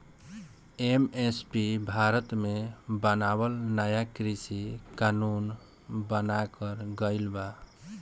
MSP Bharat मे बनावल नाया कृषि कानून बनाकर गइल बा